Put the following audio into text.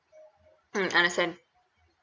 mm understand